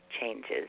changes